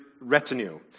retinue